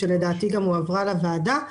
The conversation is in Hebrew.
והועברה לוועדה,